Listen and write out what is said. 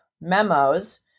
memos